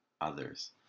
others